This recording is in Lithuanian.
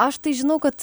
aš tai žinau kad